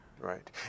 Right